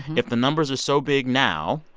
if the numbers are so big now,